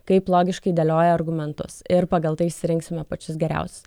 kaip logiškai dėlioja argumentus ir pagal tai išsirinksime pačius geriausius